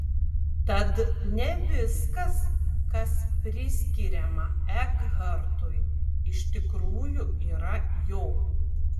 tad ne viskas kas priskiriama ekhartui iš tikrųjų yra jo